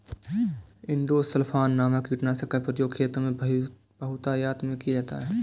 endosulfan नामक कीटनाशक का प्रयोग खेतों में बहुतायत में किया जाता है